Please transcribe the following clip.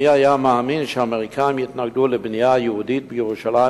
מי היה מאמין שהאמריקנים יתנגדו לבנייה יהודית בירושלים,